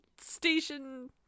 station